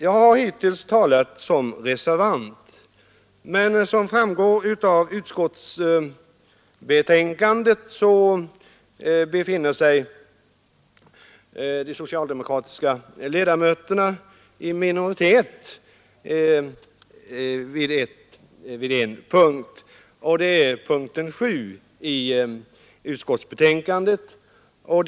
Jag har hittills talat som reservant, men som framgår av utskottsbetänkandet befinner sig de socialdemokratiska ledamöterna i minoritet under en punkt. Jag syftar på det avsnitt av punkten 7 som gäller utbetalningen av statskommunala bostadstillägg.